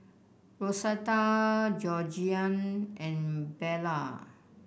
Rosetta Georgiann and Bella